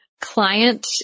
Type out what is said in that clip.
client